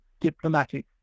diplomatic